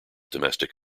domestic